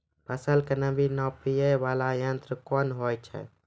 फसल के नमी नापैय वाला यंत्र कोन होय छै